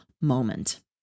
moment